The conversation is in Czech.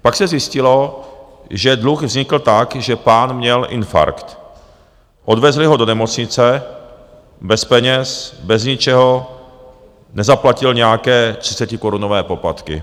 Pak se zjistilo, že dluh vznikl tak, že pán měl infarkt, odvezli ho do nemocnice bez peněz, bez ničeho, nezaplatil nějaké třicetikorunové poplatky.